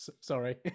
Sorry